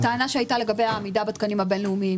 הטענה שהיתה לגבי העמידה בתקנים הבין-לאומיים,